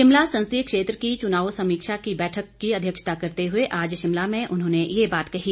शिमला संसदीय क्षेत्र की चुनाव समीक्षा बैठक की अध्यक्षता करते हुए आज शिमला में उन्होंने यह बात कही